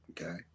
Okay